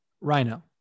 rhino